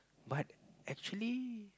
but actually